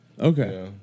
Okay